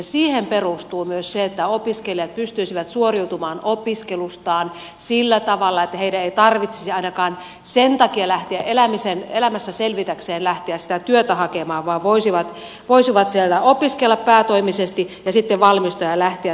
siihen perustuu myös se että opiskelijat pystyisivät suoriutumaan opiskelustaan sillä tavalla että heidän ei tarvitsisi ainakaan elämässä selvitäkseen lähteä sitä työtä hakemaan vaan voisivat siellä opiskella päätoimisesti ja sitten valmistua ja lähteä työelämään